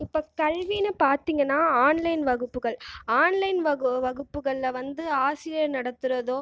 இப்போ கல்வின்னு பார்த்தீங்கன்னால் ஆன்லைன் வகுப்புகள் ஆன்லைன் வகுப்புகள் வந்து ஆசிரியர் நடத்துகிறதோ